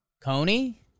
Coney